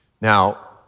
Now